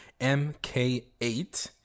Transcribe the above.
mk8